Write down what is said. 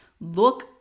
look